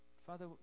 Father